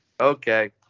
Okay